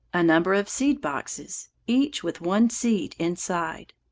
a number of seed-boxes, each with one seed inside.